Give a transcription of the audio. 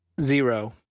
Zero